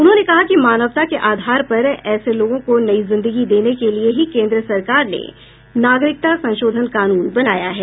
उन्होंने कहा कि मानवता के आधार पर ऐसे लोगों को नई जिन्दगी देने के लिए ही केंद्र सरकार ने नागरिकता संशोधन कानून बनाया है